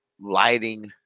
lighting